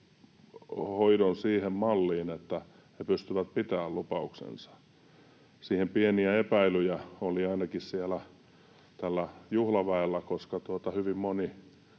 hoidon siihen malliin, että he pystyvät pitämään lupauksensa. Siitä pieniä epäilyjä oli ainakin tällä juhlaväellä, koska hyvin moni